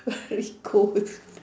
very cold